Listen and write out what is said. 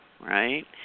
right